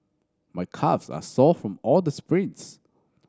my calves are sore from all the sprints